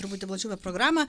truputį plačiau apie programą